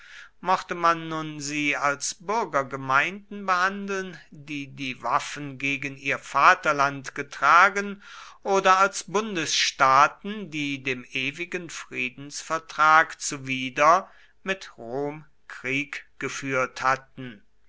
mochte man nun sie als bürgergemeinden behandeln die die waffen gegen ihr vaterland getragen oder als bundesstaaten die dem ewigen friedensvertrag zuwider mit rom krieg geführt hatten